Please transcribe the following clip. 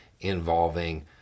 involving